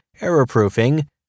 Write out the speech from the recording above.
error-proofing